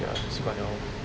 ya 习惯了 lor